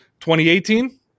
2018